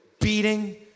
beating